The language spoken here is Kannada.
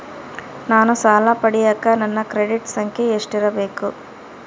ನಾನು ಸಾಲ ಪಡಿಯಕ ನನ್ನ ಕ್ರೆಡಿಟ್ ಸಂಖ್ಯೆ ಎಷ್ಟಿರಬೇಕು?